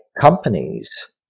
companies